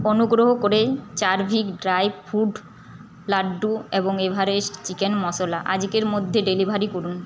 অনুগ্রহ করে Charvik dry fruit laddu এবং এভারেস্ট চিকেন মশলা আজকের মধ্যে ডেলিভারি করুন